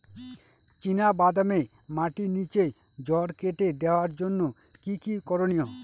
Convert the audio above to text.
চিনা বাদামে মাটির নিচে জড় কেটে দেওয়ার জন্য কি কী করনীয়?